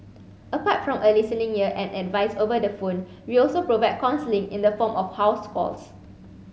apart from a listening year and advice over the phone we also provide counselling in the form of house calls